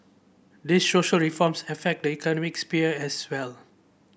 these social reforms affect the economic sphere as well